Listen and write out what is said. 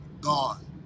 gone